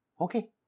Okay